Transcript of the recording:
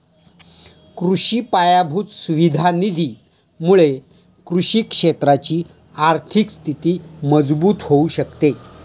कृषि पायाभूत सुविधा निधी मुळे कृषि क्षेत्राची आर्थिक स्थिती मजबूत होऊ शकते